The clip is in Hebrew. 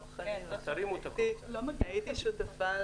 הייתי שותפה